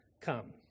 come